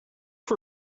for